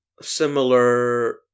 similar